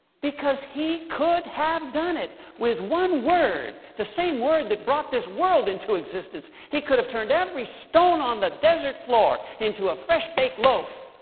because he could have done it. with one word the same word that brought this world into existence he could have turned every stone on the desert floor into a fresh-baked loaf.